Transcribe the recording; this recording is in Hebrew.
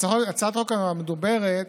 הצעת החוק המדוברת,